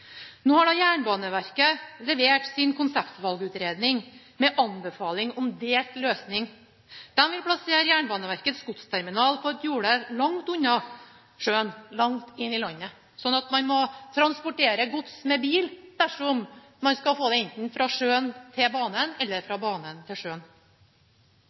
Nå har Jernbaneverket levert sin konseptvalgutredning, med anbefaling om delt løsning. De vil plassere Jernbaneverkets godsterminal på et jorde langt unna sjøen, langt inne i landet, slik at man må transportere gods med bil dersom man skal få det enten fra sjøen til banen eller fra banen til sjøen.